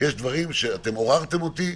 יש הרבה דברים שעוררתם אותי,